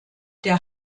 der